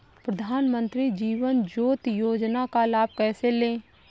प्रधानमंत्री जीवन ज्योति योजना का लाभ कैसे लें?